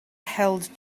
held